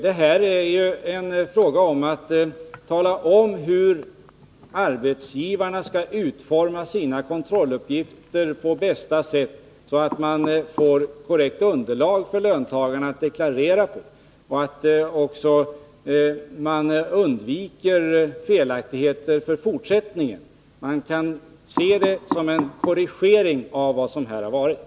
Det här är ju en fråga om att tala om hur arbetsgivarna skall utforma sina kontrolluppgifter på bästa sätt; så att löntagarna får ett korrekt underlag för sina deklarationer och så att man undviker felaktigheter i fortsättningen. Det kan ses som en korrigering av vad som har varit.